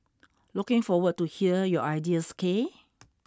looking forward to hear your ideas K